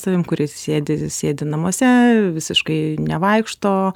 savim kurie sėdi sėdi namuose visiškai nevaikšto